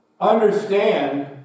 understand